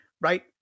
Right